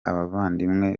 abavandimwe